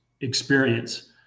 experience